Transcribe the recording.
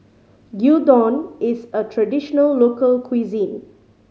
gyudon is a traditional local cuisine